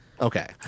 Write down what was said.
Okay